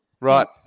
Right